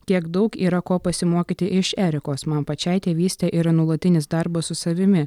kiek daug yra ko pasimokyti iš erikos man pačiai tėvystė yra nuolatinis darbas su savimi